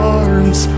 arms